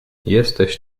jesteś